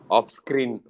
Off-screen